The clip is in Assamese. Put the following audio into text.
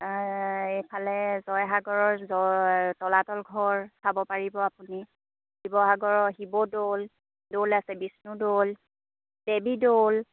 এইফালে জয়সাগৰৰ জয় তলাতল ঘৰ চাব পাৰিব আপুনি শিৱসাগৰৰ শিৱদৌল দৌল আছে বিষ্ণুদৌল দেৱীদৌল